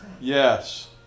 Yes